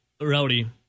Rowdy